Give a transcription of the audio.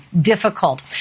difficult